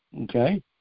Okay